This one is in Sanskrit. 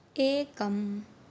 एकम्